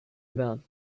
about